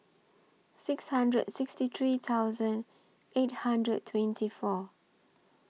six hundred sixty three thousand eight hundred twenty four